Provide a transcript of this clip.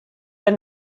been